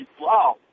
Wow